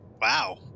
Wow